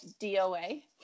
doa